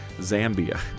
Zambia